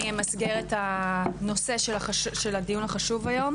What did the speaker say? אני אמסגר את הנושא של הדיון החשוב היום,